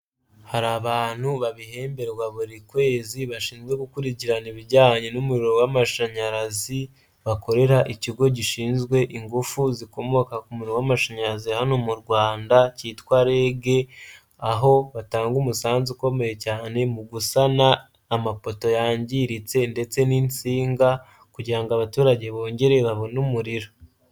Hari abantu babihemberwa buri kwezi bashinzwe gukurikirana ibijyanye n'umuriro w'amashanyarazi, bakorera ikigo gishinzwe ingufu zikomoka ku umuriro w'amashanyarazi hano mu Rwanda cyitwa REG, aho batanga umusanzu ukomeye cyane mu gusana amapoto yangiritse ndetse n'insinga kugira abaturage bongere babone umuriro.